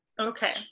Okay